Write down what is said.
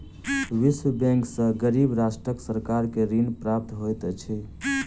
विश्व बैंक सॅ गरीब राष्ट्रक सरकार के ऋण प्राप्त होइत अछि